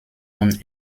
und